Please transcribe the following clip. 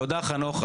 תודה חנוך.